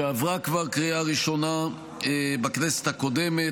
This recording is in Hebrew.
שעברה כבר קריאה ראשונה בכנסת הקודמת